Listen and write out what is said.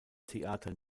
theater